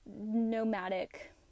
Nomadic